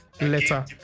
letter